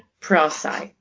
process